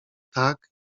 tak